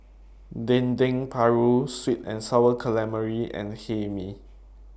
Dendeng Paru Sweet and Sour Calamari and Hae Mee